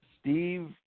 Steve